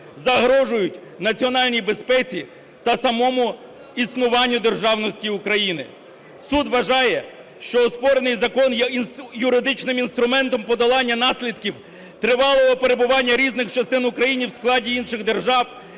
загрожують національній безпеці та самому існуванню державності України. "Суд вважає, що оспорений закон є юридичним інструментом подолання наслідків тривалого перебування різних частин України в складі інших держав